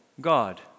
God